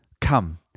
Come